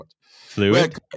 fluid